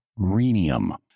rhenium